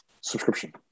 subscription